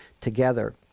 together